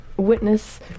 witness